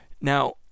now